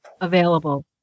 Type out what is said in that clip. available